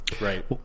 Right